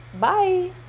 Bye